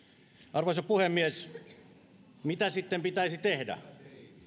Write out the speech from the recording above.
arvoisa puhemies mitä sitten pitäisi tehdä